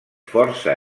força